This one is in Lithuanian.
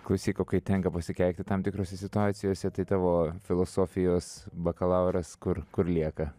klausyk o kai tenka pasikeikti tam tikrose situacijose tai tavo filosofijos bakalauras kur kur lieka